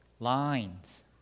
Lines